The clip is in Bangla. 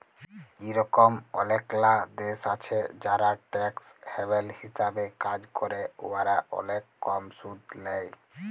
ইরকম অলেকলা দ্যাশ আছে যারা ট্যাক্স হ্যাভেল হিসাবে কাজ ক্যরে উয়ারা অলেক কম সুদ লেই